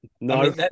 No